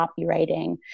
copywriting